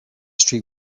street